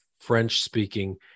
French-speaking